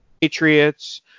Patriots